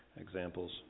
examples